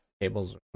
tables